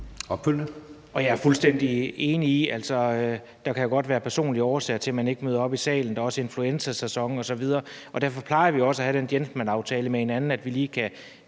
Jeg er fuldstændig enig. Der kan jo godt være personlige årsager til, at man ikke møder op i salen. Det er også influenzasæson osv. Derfor plejer vi også at have den gentlemanaftale med hinanden, at vi lige kan